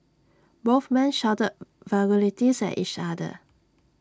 both men shouted vulgarities at each other